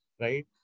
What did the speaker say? right